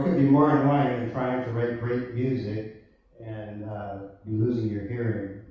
more annoying than trying to write great music and be losing your hearing,